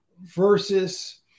versus